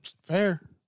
Fair